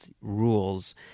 rules